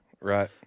Right